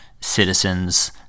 citizens